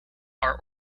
are